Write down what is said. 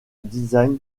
design